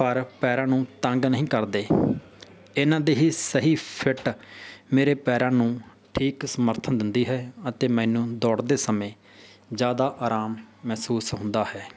ਪਰ ਪੈਰਾਂ ਨੂੰ ਤੰਗ ਨਹੀਂ ਕਰਦੇ ਇਹਨਾਂ ਦੇ ਹੀ ਸਹੀ ਫਿੱਟ ਮੇਰੇ ਪੈਰਾਂ ਨੂੰ ਠੀਕ ਸਮਰਥਨ ਦਿੰਦੀ ਹੈ ਅਤੇ ਮੈਨੂੰ ਦੌੜਦੇ ਸਮੇਂ ਜ਼ਿਆਦਾ ਆਰਾਮ ਮਹਿਸੂਸ ਹੁੰਦਾ ਹੈ